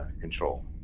control